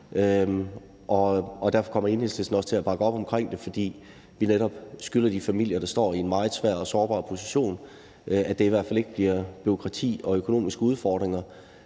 Derfor kommer Enhedslisten også til at bakke op om det, fordi vi netop skylder de familier, der står i en meget svær og sårbar position, at det i hvert fald ikke bliver bureaukrati og økonomiske udfordringer,